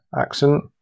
accent